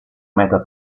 meta